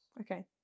Okay